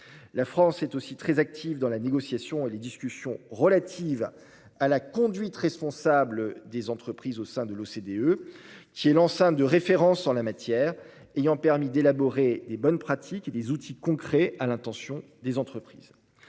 La France est aussi très active dans la négociation et les discussions relatives à la conduite responsable des entreprises au sein de l'OCDE, qui est l'enceinte de référence en la matière, ayant permis d'élaborer des bonnes pratiques et des outils concrets à l'intention des entreprises.